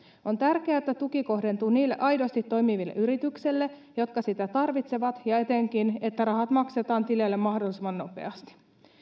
on tärkeää että tuki kohdentuu niille aidosti toimiville yrityksille jotka sitä tarvitsevat ja etenkin että rahat maksetaan tileille mahdollisimman nopeasti